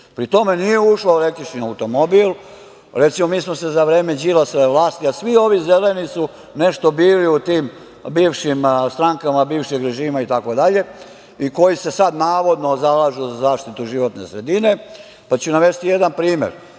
Pri tome nije ušla u električni automobil. Recimo, mi smo se za vreme Đilasove vlasti, a svi ovi zeleni su nešto bili u tim bivšim strankama bivšeg režima itd. i koji se sada navodno zalažu za zaštitu životne sredine, pa ću navesti jedan primer. Recimo,